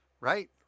right